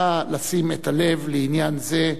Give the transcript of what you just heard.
נא לשים את הלב לעניין זה.